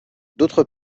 d’autre